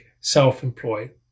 self-employed